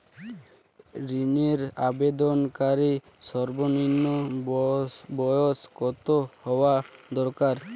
ঋণের আবেদনকারী সর্বনিন্ম বয়স কতো হওয়া দরকার?